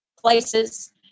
places